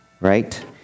right